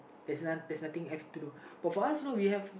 there's there's nothing left to but for us you know we have